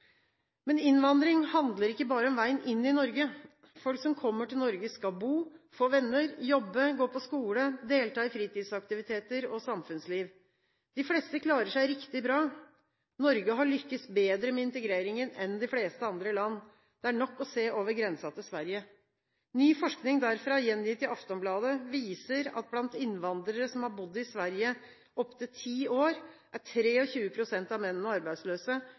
Men innvandring handler ikke bare om veien inn i Norge. Folk som kommer til Norge, skal bo, få venner, jobbe, gå på skole, delta i fritidsaktiviteter og samfunnsliv. De fleste klarer seg riktig bra. Norge har lyktes bedre med integreringen enn de fleste andre land. Det er nok å se over grensen til Sverige. Ny forskning derfra, gjengitt i Aftonbladet, viser at blant innvandrere som har bodd i Sverige i opptil ti år, er 23 pst. av mennene og 27 pst. av kvinnene arbeidsløse.